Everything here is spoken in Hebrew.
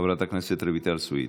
יימנעו הבחירות הרביעיות.